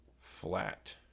flat